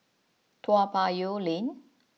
Toa Payoh Lane